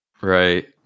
right